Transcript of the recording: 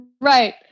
Right